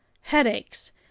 Headaches